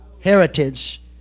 heritage